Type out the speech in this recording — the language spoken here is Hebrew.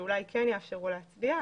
שאולי כן יאפשרו להצביע,